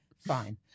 Fine